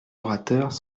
orateurs